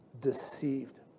deceived